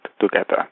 together